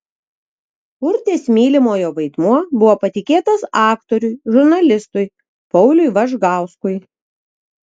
urtės mylimojo vaidmuo buvo patikėtas aktoriui žurnalistui pauliui važgauskui